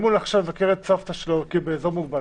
אם הוא הולך לבקר את סבתא שלו כי היא באזור מוגבל,